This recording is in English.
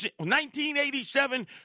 1987